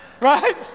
right